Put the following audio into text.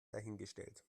dahingestellt